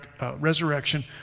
resurrection